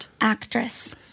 actress